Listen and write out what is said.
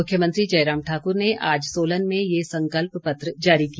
मुख्यमंत्री जयराम ठाकुर ने आज सोलन में ये संकल्प पत्र जारी किया